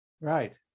right